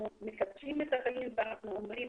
אנחנו מקדשים את החיים ואנחנו אומרים